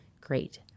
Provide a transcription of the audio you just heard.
great